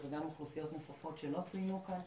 וגם אוכלוסיות נוספות שלא צוינו כאן,